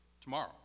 tomorrow